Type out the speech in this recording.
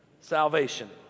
salvation